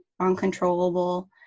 uncontrollable